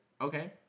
okay